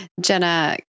jenna